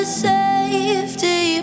safety